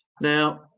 now